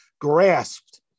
grasped